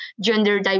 gender